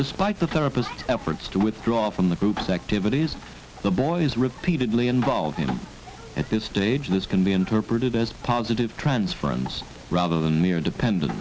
despite the therapist efforts to withdraw from the group's activities the boy is repeatedly involved in and at this stage this can be interpreted as positive trends friends rather than mere dependent